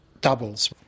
doubles